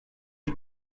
the